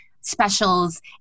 specials